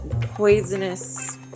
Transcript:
poisonous